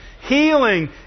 Healing